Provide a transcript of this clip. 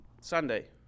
Sunday